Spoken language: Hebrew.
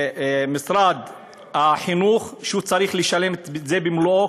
משרד החינוך, והוא צריך לשלם את זה במלואו.